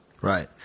Right